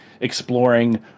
exploring